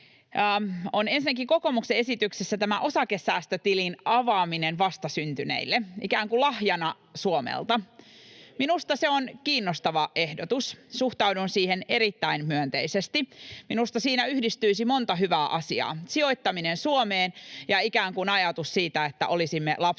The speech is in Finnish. Ensinnäkin kokoomuksen esityksessä tämä osakesäästötilin avaaminen vastasyntyneille ikään kuin lahjana Suomelta, minusta se on kiinnostava ehdotus. Suhtaudun siihen erittäin myönteisesti. Minusta siinä yhdistyisi monta hyvää asiaa: sijoittaminen Suomeen ja ikään kuin ajatus siitä, että olisimme lapsi‑ ja